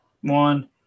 One